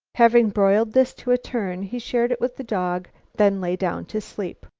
having broiled this to a turn, he shared it with the dog, then lay down to sleep.